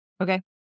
Okay